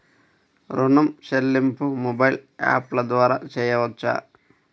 ఋణం చెల్లింపు మొబైల్ యాప్ల ద్వార చేయవచ్చా?